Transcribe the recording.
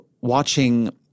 watching